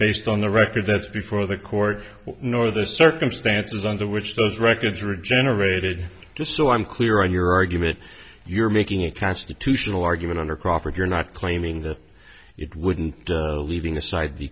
based on the record that's before the court nor the circumstances under which those records were generated just so i'm clear on your argument you're making a constitutional argument under crawford you're not claiming that it wouldn't leaving aside the